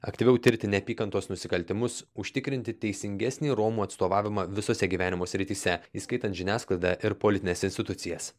aktyviau tirti neapykantos nusikaltimus užtikrinti teisingesnį romų atstovavimą visose gyvenimo srityse įskaitant žiniasklaidą ir politines institucijas